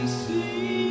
see